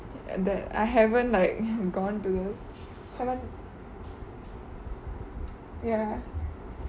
and I haven't like gone to ya